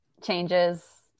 changes